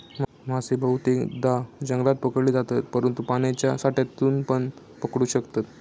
मासे बहुतेकदां जंगलात पकडले जातत, परंतु पाण्याच्या साठ्यातूनपण पकडू शकतत